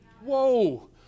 whoa